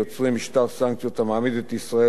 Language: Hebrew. יוצרים משטר סנקציות המעמיד את ישראל